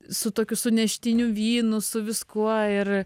su tokiu suneštiniu vynu su viskuo ir